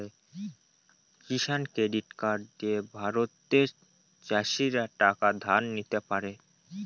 কিষান credit card দিয়ে ভারতের চাষীরা টাকা ধার নিতে পারে